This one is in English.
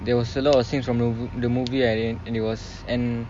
there was a lot of scenes from the mov~ the movie and then and it was and